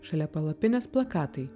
šalia palapinės plakatai